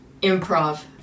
improv